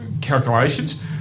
calculations